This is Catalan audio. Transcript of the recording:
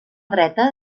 dreta